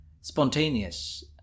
spontaneous